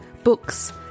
books